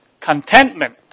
contentment